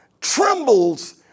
trembles